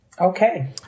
Okay